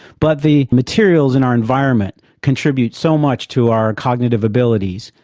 but the materials in our environment contribute so much to our cognitive abilities,